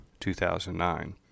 2009